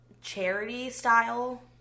charity-style